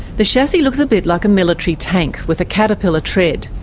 the chassis looks a bit like a military tank, with a caterpillar tread.